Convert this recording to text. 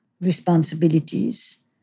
responsibilities